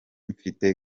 mfite